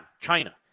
China